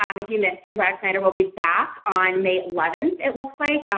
um if you missed him, brad snyder will be back on may eleventh it looks like.